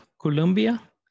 Colombia